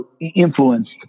influenced